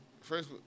First